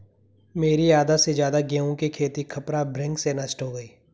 मेरी आधा से ज्यादा गेहूं की खेती खपरा भृंग से नष्ट हो गई